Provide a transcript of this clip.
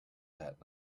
that